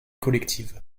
collectives